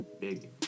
big